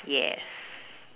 yes